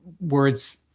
words